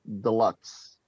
Deluxe